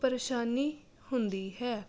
ਪਰੇਸ਼ਾਨੀ ਹੁੰਦੀ ਹੈ